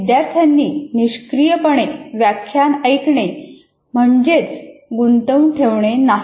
विद्यार्थ्यांनी निष्क्रियपणे व्याख्यान ऐकणे म्हणजेच गुंतवून ठेवणे नाही